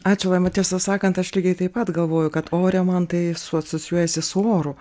ačiū laima tiesą sakant aš lygiai taip pat galvoju kad ore man tai su asocijuojasi su oru